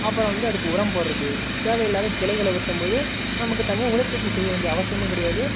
அப்புறம் வந்து அதுக்கு உரம் போடுறது தேவையில்லாத கிளைகளை வெட்டும் போது நமக்கு தனியாக உடற்பயிற்சி செய்ய வேண்டிய அவசியமும் கிடையாது